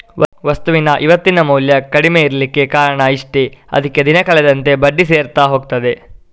ವಸ್ತುವಿನ ಇವತ್ತಿನ ಮೌಲ್ಯ ಕಡಿಮೆ ಇರ್ಲಿಕ್ಕೆ ಕಾರಣ ಇಷ್ಟೇ ಅದ್ಕೆ ದಿನ ಕಳೆದಂತೆ ಬಡ್ಡಿ ಸೇರ್ತಾ ಹೋಗ್ತದೆ